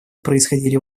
происходили